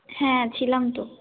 হ্যাঁ ছিলাম তো